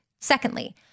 Secondly